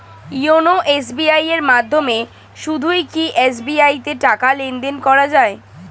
YONO SBI এর মাধ্যমে শুধুই কি এস.বি.আই তে টাকা লেনদেন করা যায়?